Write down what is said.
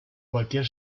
cualquier